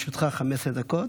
לרשותך 15 דקות.